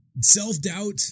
self-doubt